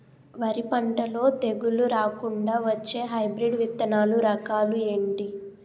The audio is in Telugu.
వరి పంటలో తెగుళ్లు రాకుండ వచ్చే హైబ్రిడ్ విత్తనాలు రకాలు ఏంటి?